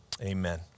amen